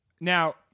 Now